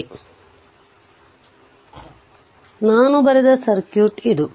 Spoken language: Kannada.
ಆದ್ದರಿಂದ ನಾನು ಬರೆದ ಸರ್ಕ್ಯೂಟ್ ಇದು